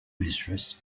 mistress